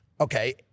Okay